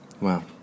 wow